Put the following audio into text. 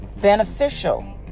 beneficial